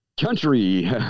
Country